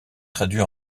traduit